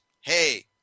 hey